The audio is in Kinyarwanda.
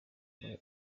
muri